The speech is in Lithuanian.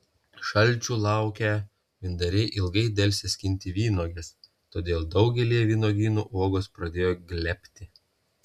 šalčių laukę vyndariai ilgai delsė skinti vynuoges todėl daugelyje vynuogynų uogos pradėjo glebti